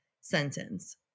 sentence